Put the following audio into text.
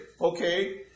Okay